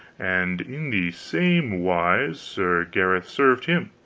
and in the same wise sir gareth served him,